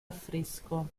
affresco